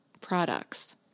products